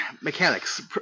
mechanics